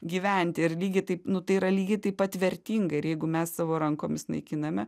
gyventi ir lygiai taip nu tai yra lygiai taip pat vertinga ir jeigu mes savo rankomis naikiname